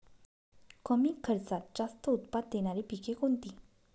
कमी खर्चात जास्त उत्पाद देणारी पिके कोणती?